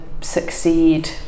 succeed